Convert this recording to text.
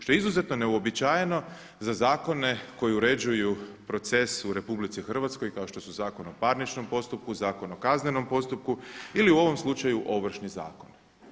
Što je izuzetno neuobičajeno za zakone koji uređuju proces u Republici Hrvatskoj kao što su Zakon o parničnom postupku, Zakon o kaznenom postupku ili u ovom slučaju Ovršni zakon.